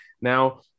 Now